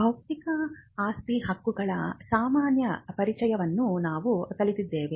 ಬೌದ್ಧಿಕ ಆಸ್ತಿ ಹಕ್ಕುಗಳ ಸಾಮಾನ್ಯ ಪರಿಚಯವನ್ನು ನಾವು ಕಲಿತಿದ್ದೇವೆ